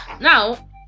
Now